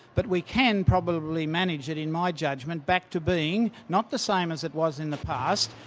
but we can probably manage it in my judgment back to being not the same as it was in the past,